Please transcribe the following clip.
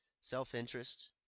Self-interest